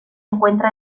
encuentra